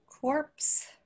corpse